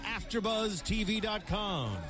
AfterBuzzTV.com